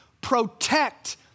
protect